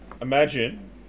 imagine